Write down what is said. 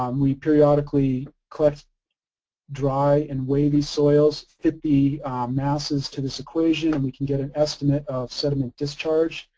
um we periodically collect dry and wavy soils, fit the masses to this equation and we can get an estimate of sediment discharge.